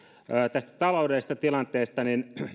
tästä taloudellisesta tilanteesta